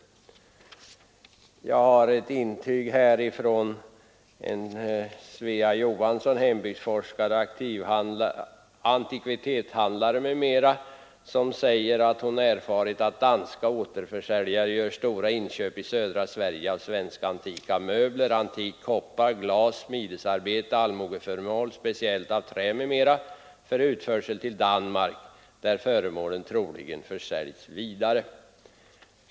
Jag har ett intyg från en dam som heter Svea Johansson, hembygdsforskare, antikvitetshandlare m.m., vari hon säger att hon erfarit att svenska återförsäljare gör stora inköp i södra Sverige av svenska antika möbler, antik koppar, glas, smidesarbete, allmogeföremål, speciellt av trä, m.m. för utförsel till Danmark, där föremålen troligen säljs vidare.